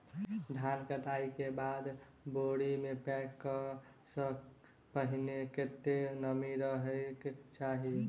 धान कटाई केँ बाद बोरी मे पैक करऽ सँ पहिने कत्ते नमी रहक चाहि?